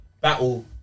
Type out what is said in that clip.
battle